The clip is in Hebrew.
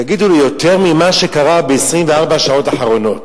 תגידו לי, יותר ממה שקרה ב-24 השעות האחרונות?